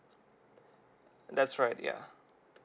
that's right yeah